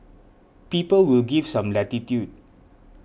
people will give some latitude